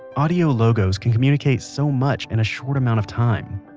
audio logos can communicate so much in a short amount of time.